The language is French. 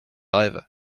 rêves